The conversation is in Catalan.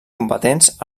combatents